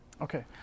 Okay